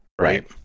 Right